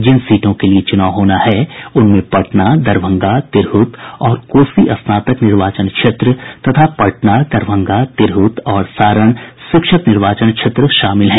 जिन सीटों के लिए चुनाव होना है उनमें पटना दरभंगा तिरहुत और कोसी स्नातक निर्वाचन क्षेत्र तथा पटना दरभंगा तिरहत और सारण शिक्षक निर्वाचन क्षेत्र शामिल हैं